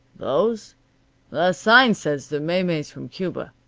those? that sign says they're maymeys from cuba.